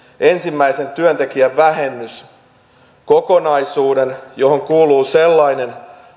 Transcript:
ensimmäisen työntekijän vähennyskokonaisuuden johon kuuluu sellainen